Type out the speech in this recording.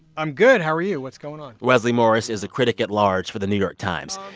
i'm good. how are you? what's going on? wesley morris is a critic at large for the new york times.